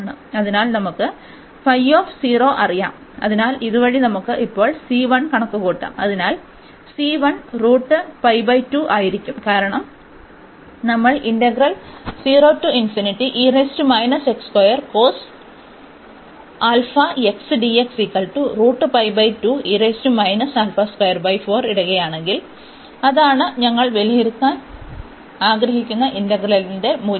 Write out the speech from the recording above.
അതിനാൽ നമുക്ക് അറിയാം അതിനാൽ ഇതുവഴി നമുക്ക് ഇപ്പോൾ കണക്കുകൂട്ടാം അതിനാൽ ആയിരിക്കും കാരണം നമ്മൾ ഇടുകയാണെങ്കിൽ അതാണ് ഞങ്ങൾ വിലയിരുത്താൻ ആഗ്രഹിക്കുന്ന ഇന്റഗ്രലിന്റെ മൂല്യം